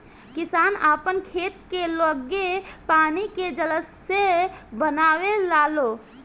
किसान आपन खेत के लगे पानी के जलाशय बनवे लालो